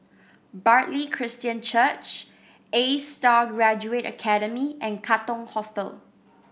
Bartley Christian Church A Star Graduate Academy and Katong Hostel